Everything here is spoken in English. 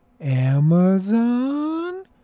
Amazon